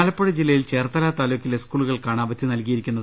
ആലപ്പുഴ ജില്ലയിൽ ചേർത്തല താലൂക്കിലെ സ്കൂളുകൾക്കാണ് അവധി നൽകിയിരിക്കുന്നത്